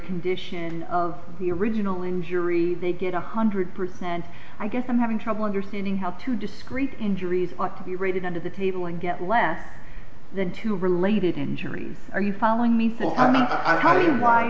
condition of the original injury they get one hundred percent i guess i'm having trouble understanding how to discrete injuries ought to be rated under the table and get less than two related injuries are you following me t